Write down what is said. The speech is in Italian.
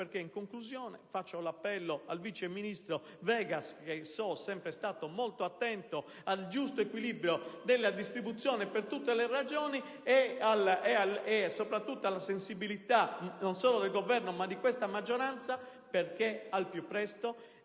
perché, in conclusione, rivolgo un appello al vice ministro Vegas, che so essere stato sempre molto attento al giusto equilibrio nella distribuzione tra le Regioni, e soprattutto alla sensibilità non solo del Governo ma di questa maggioranza, perché al più presto,